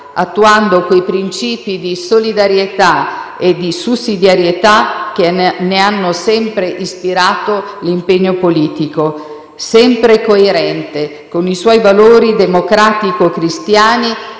attuando quei principi di solidarietà e sussidiarietà che ne hanno sempre ispirato l'impegno politico. Sempre coerente con i suoi valori democratico-cristiani,